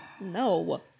No